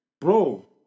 Bro